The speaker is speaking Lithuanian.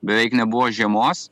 beveik nebuvo žiemos